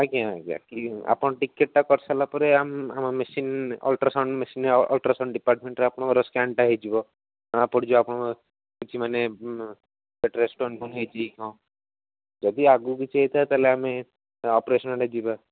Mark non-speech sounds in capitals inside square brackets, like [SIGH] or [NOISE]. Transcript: ଆଜ୍ଞା ଆଜ୍ଞା ଆପଣ ଟିକେଟ୍ଟା କରିସାରିଲା ପରେ ଆମେ ଆମ ମେସିନ୍ ଅଲଟ୍ରାସାଉଣ୍ଡ ମେସିନ୍ ଅଲଟ୍ରାସାଉଣ୍ଡ ଡିପାର୍ଟମେଣ୍ଟରେ ଆପଣଙ୍କର ସ୍କାନ୍ଟା ହେଇଯିବ ଜଣା ପଡ଼ିଯିବ ଆପଣଙ୍କର କ'ଣ [UNINTELLIGIBLE] ପେଟରେ ଷ୍ଟୋନ୍ଫୋନ୍ ହେଇଛି କି କ'ଣ ଯଦି ଆଗକୁ କିଛି ହେଇଥାଏ ତାହେଲେ ଆମେ ଅପରେସନ୍ ଆଡ଼କୁ ଯିବା